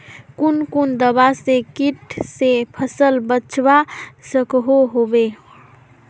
कुन कुन दवा से किट से फसल बचवा सकोहो होबे?